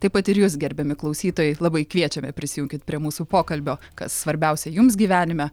taip pat ir jūs gerbiami klausytojai labai kviečiame prisijunkit prie mūsų pokalbio kas svarbiausia jums gyvenime